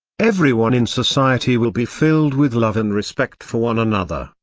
everyone in society will be filled with love and respect for one another,